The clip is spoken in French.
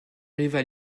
rival